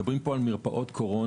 מדברים פה על מרפאות קורונה.